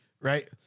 right